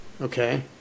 Okay